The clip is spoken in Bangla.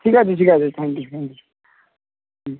ঠিক আছে ঠিক আছে থ্যাংক ইউ হুম হুম